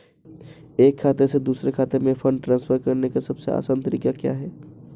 एक खाते से दूसरे खाते में फंड ट्रांसफर करने का सबसे आसान तरीका क्या है?